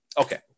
Okay